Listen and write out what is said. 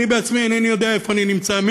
שאני בעצמי אינני יודע איפה אני נמצא.